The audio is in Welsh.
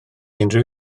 unrhyw